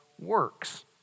works